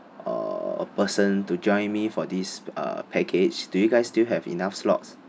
uh person to join me for this uh package do you guys still have enough slots